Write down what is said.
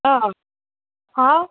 ꯑꯥ ꯍꯥꯎ